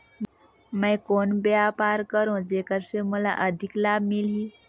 मैं कौन व्यापार करो जेकर से मोला अधिक लाभ मिलही?